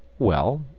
well?